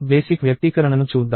basic వ్యక్తీకరణను చూద్దాం